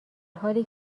حالی